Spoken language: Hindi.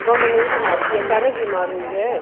सुबह में नहीं बीमार थी अचानक बीमार हुई है